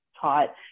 taught